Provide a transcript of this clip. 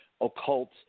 occult